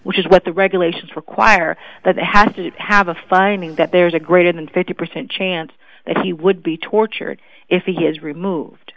which is what the regulations require that it has to have a finding that there's a greater than fifty percent chance that he would be tortured if he is removed